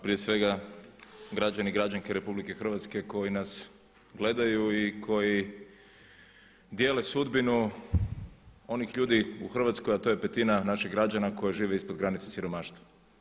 Prije svega građani i građanke RH koji nas gledaju i koji dijele sudbinu onih ljudi u Hrvatskoj, a to je petina naših građana koji žive ispod granice siromaštva.